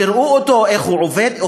שיראו איך הוא עובד,